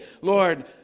Lord